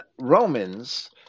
Romans